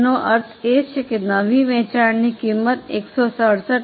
તેનો અર્થ એ કે નવી વેચાણની કિંમત 167